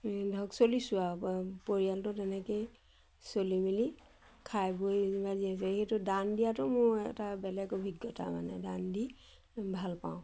ধৰক চলিছোঁ আৰু পৰিয়ালটো তেনেকেই চলি মেলি খাই বৈ সেইটো দান দিয়াতো মোৰ এটা বেলেগ অভিজ্ঞতা মানে দান দি ভাল পাওঁ